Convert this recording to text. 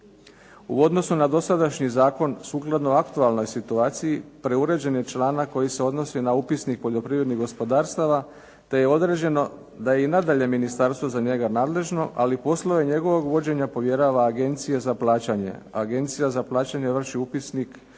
U odnosu na dosadašnji zakon sukladno aktualnoj situaciji, preuređen je članak koji se odnosi na upisnik poljoprivrednih gospodarstava, te je određeno da je i nadalje ministarstvo za njega nadležno, ali poslove njegovog vođenja povjerava Agenciji za plaćanje. Agencija za plaćanje vrši upis